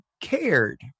cared